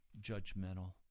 judgmental